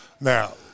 now